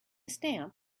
stamp